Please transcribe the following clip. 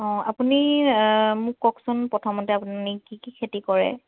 অঁ আপুনি মোক কওকচোন প্ৰথমতে আপুনি কি কি খেতি কৰে